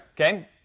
Okay